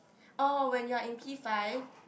oh when you are in P-five